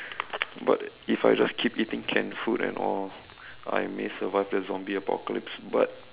but if I just keep eating canned food and all I may survive the zombie apocalypse but